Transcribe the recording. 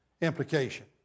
implication